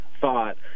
thought